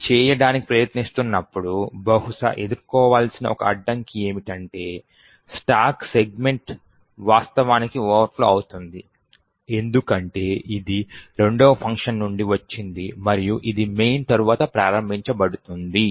ఇది చేయడానికి ప్రయత్నిస్తున్నప్పుడు బహుశా ఎదుర్కోవాల్సిన ఒక అడ్డంకి ఏమిటంటే స్టాక్ సెగ్మెంట్ వాస్తవానికి ఓవర్ ఫ్లో అవుతుంది ఎందుకంటే ఇది రెండవ ఫంక్షన్ నుండి వచ్చింది మరియు ఇది main తరువాత ప్రారంభించబడుతుంది